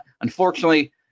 unfortunately